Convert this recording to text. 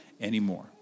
anymore